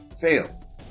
Fail